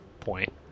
point